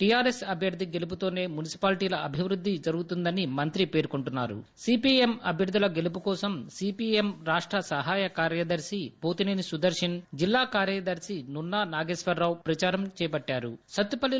TRS అభ్యర్గుల గెలుపుతోనే మునిసిపాలిటీల అభివృద్ధి జరుగుతుందని మంత్రి అన్నా రుసీపీఎం అభ్యర్థుల గెలుపుకోసం సీపీఎం రాష్ట సహాయ కార్యదర్ని పోతిసేని సుదర్శన్ జిల్లా కార్యదర్ని నున్సా నాగేశ్వరరావు ప్రదారం నిర్వహించారుసత్తుపల్లి